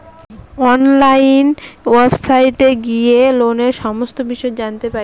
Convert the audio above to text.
online ওয়েবসাইটে গিয়ে লোনের সমস্ত বিষয় জানতে পাই